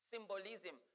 symbolism